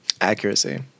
Accuracy